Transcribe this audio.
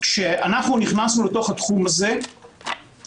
כשאנחנו נכנסנו לתוך התחום הזה,